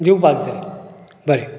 दिवपाक जाय बरें